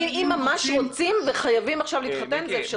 אם ממש רוצים וחייבים עכשיו להתחתן זה אפשרי.